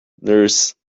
nurse